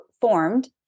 formed